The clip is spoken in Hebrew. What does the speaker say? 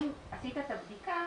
אם עשית את הבדיקה,